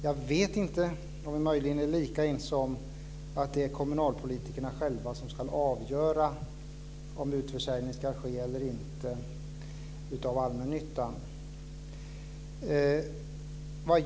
Jag vet inte om vi möjligen är lika ense om att det är kommunalpolitikerna som ska avgöra om utförsäljning av allmännyttan ska ske eller inte.